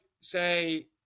say